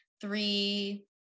three